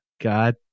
God